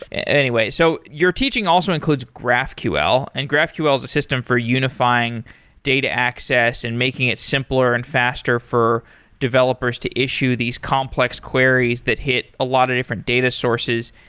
and anyway, so your teaching also includes graphql, and graphql is a system for unifying data access and making it simpler and faster for developers to issue these complex queries that hit a lot of different data sources.